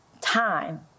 time